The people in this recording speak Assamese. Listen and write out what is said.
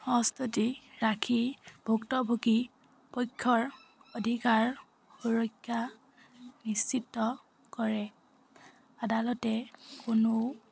সস্ততি ৰাখি ভুক্তভোগী পক্ষৰ অধিকাৰ সুৰক্ষা নিশ্চিত কৰে আদালতে কোনো